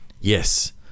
Yes